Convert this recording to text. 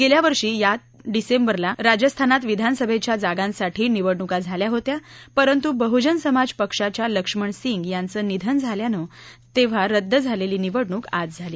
गेल्या वर्षी यात डिसेंबरला राजस्थानात विधानसभेच्या जागांसाठी निवडणुका झाल्या होत्या परंतु बहुजन समाज पक्षाच्या लक्ष्मण सिंग यांचं निधन झाल्यानं तेव्हा रद्द झालेली निवडणुक आज झाली